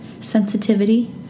sensitivity